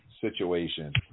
situation